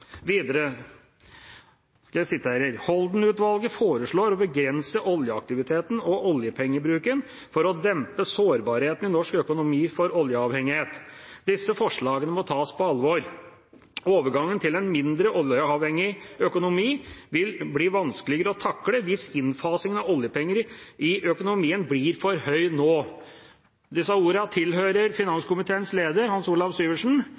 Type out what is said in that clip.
foreslår å begrense oljeaktiviteten og oljepengebruken for å dempe sårbarheten i norsk økonomi for oljeavhengighet. Disse forslagene må tas på alvor.» Og videre: «Overgangen til en mindre oljeavhengig økonomi vil bli vanskeligere å takle hvis innfasingen av oljepenger i økonomien blir for høy nå.» Disse ordene tilhører finanskomiteens leder, Hans Olav Syversen,